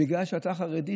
בגלל שאתה חרדי,